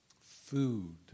food